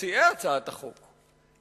מציעי הצעת החוק,